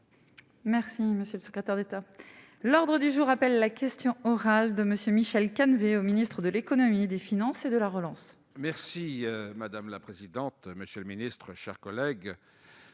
Merci monsieur le secrétaire d'État à l'ordre du jour appelle la question orale de monsieur Michel Canevet au ministre de l'Économie et des finances et de la relance. Merci madame la présidente, monsieur le ministre, chers collègues,